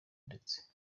ndetse